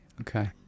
okay